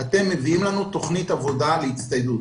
יביאו לנו תכנית עבודה להצטיידות,